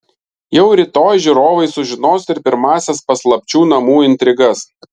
jau rytoj žiūrovai sužinos ir pirmąsias paslapčių namų intrigas